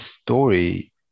story